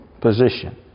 position